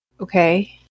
Okay